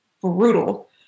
brutal